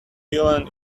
dylan